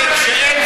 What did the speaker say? זה ממומן